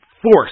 Force